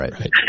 Right